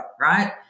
right